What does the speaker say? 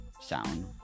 sound